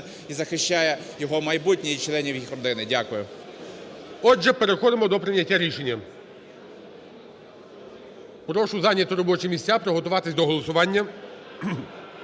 і захищає його майбутнє і членів їх родини. Дякую. ГОЛОВУЮЧИЙ. Отже, переходимо до прийняття рішення. Прошу зайняти робочі місця, приготуватися до голосування.